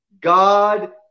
God